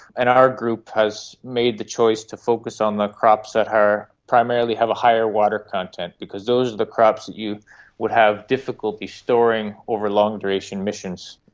and our group has made the choice to focus on the crops that primarily have a higher water content, because those are the crops that you would have difficulty storing over long-duration missions,